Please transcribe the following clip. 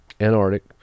Antarctic